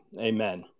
Amen